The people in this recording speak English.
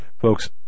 Folks